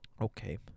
Okay